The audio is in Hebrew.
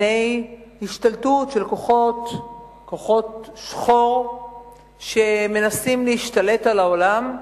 מפני השתלטות של כוחות שחור שמנסים להשתלט על העולם.